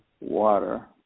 water